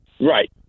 Right